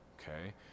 Okay